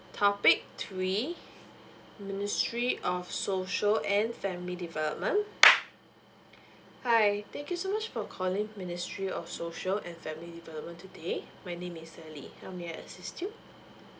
topic three ministry of social and family development hi thank you so much for calling ministry of social and family development today my name is sally how may I assist you